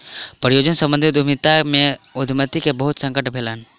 परियोजना सम्बंधित उद्यमिता में उद्यमी के बहुत संकट भेलैन